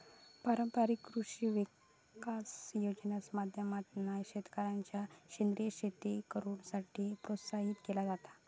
पारंपारिक कृषी विकास योजनेच्या माध्यमातना शेतकऱ्यांका सेंद्रीय शेती करुसाठी प्रोत्साहित केला जाता